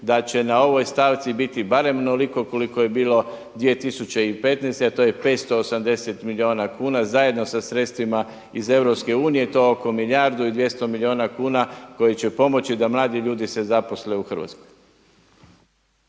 da će na ovoj stavci biti barem onoliko koliko je bilo 2015. a to je 580 milijuna kuna zajedno sa sredstvima iz EU. To je oko milijardu i 200 milijuna kuna koji će pomoći da mladi ljudi se zaposle u Hrvatskoj.